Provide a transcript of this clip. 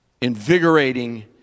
invigorating